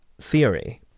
theory